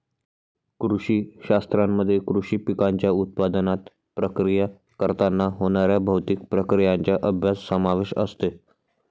कृषी शास्त्रामध्ये कृषी पिकांच्या उत्पादनात, प्रक्रिया करताना होणाऱ्या भौतिक प्रक्रियांचा अभ्यास समावेश असते